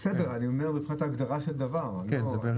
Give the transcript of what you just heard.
פעם הדואר